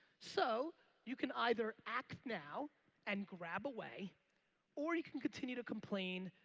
so you can either act now and grab away or you can continue to complain,